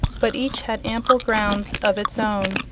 but each had ample grounds of its own,